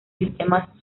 sistema